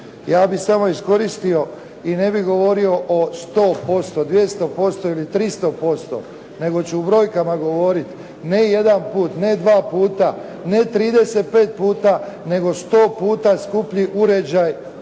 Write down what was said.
Ja bih samo iskoristio i ne bih govorio o 100%, 200% ili 300%, nego ću u brojkama govoriti. Ne jedanput, ne dva puta, ne trideset i pet puta, nego sto puta skuplji uređaj